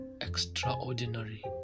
extraordinary